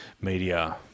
media